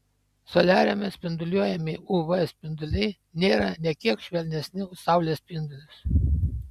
soliariume spinduliuojami uv spinduliai nėra nė kiek švelnesni už saulės spindulius